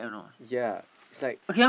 ya it's like